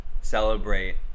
celebrate